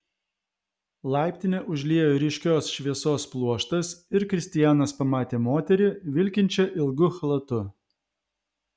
laiptinę užliejo ryškios šviesos pluoštas ir kristianas pamatė moterį vilkinčią ilgu chalatu